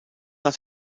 nach